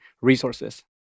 resources